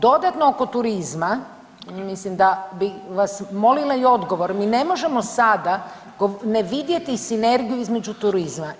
Dodatno oko turizma, mislim da bi vas molila i odgovor, mi ne možemo sada ne vidjeti sinergiju između turizma.